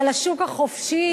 על השוק החופשי,